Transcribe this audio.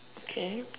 okay